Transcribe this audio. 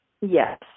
Yes